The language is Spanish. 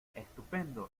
estupendo